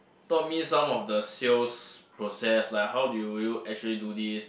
told me some of the sales process like how do you actually do this